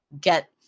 get